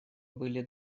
были